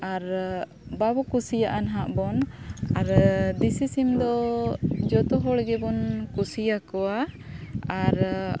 ᱟᱨ ᱵᱟᱵᱚᱱ ᱠᱩᱥᱤᱭᱟᱜᱼᱟ ᱱᱟᱦᱟᱜ ᱵᱚᱱ ᱟᱨ ᱫᱮᱥᱤ ᱥᱤᱢ ᱫᱚ ᱡᱚᱛᱚ ᱦᱚᱲ ᱜᱮᱵᱚᱱ ᱠᱩᱥᱤᱭᱟᱠᱚᱣᱟ ᱟᱨ